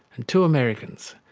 and two americans,